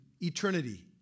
eternity